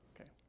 Okay